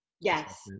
Yes